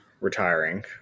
retiring